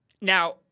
Now